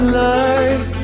life